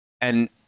and-